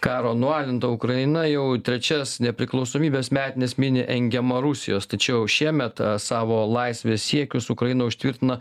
karo nualinta ukraina jau trečias nepriklausomybės metines mini engiama rusijos tačiau šiemet savo laisvės siekius ukraina užtvirtina